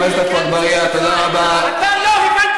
אתה לא הבנת